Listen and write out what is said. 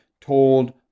told